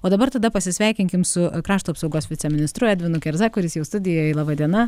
o dabar tada pasisveikinkim su krašto apsaugos viceministru edvinu kerza kuris jau studijoj laba diena